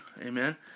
Amen